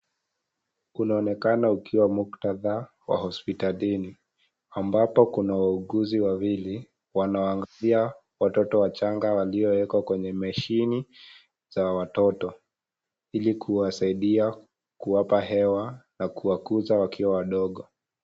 Kunaonekana ukiwa muktadha wa hospitalini. Ambapo, kuna wauguzi wawili, wanaoangalia watoto wachanga walio wekwa kwenye mashini za watoto, ili kuwasaidia kuwapa hewa na kuwakuza wakiwa wadogo.